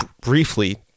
briefly